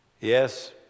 Yes